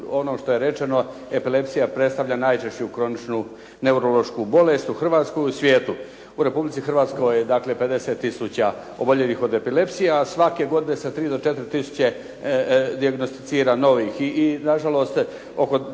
ono što je rečeno, epilepsija predstavlja najčešću kroničnu neurološku bolest u Hrvatskoj i u svijetu. U Republici Hrvatskoj je dakle 50 tisuća oboljelih od epilepsije, a svake godine se 3 do 4 tisuće dijagnosticira novih i na žalost do